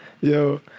Yo